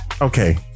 Okay